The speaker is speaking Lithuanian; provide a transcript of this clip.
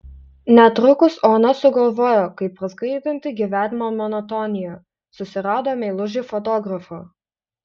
netrukus ona sugalvojo kaip praskaidrinti gyvenimo monotoniją susirado meilužį fotografą